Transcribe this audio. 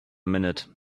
minute